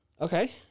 Okay